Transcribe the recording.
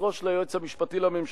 עוזרו של היועץ המשפטי לממשלה,